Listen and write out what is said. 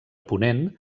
ponent